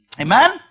amen